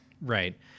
Right